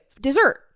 dessert